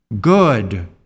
good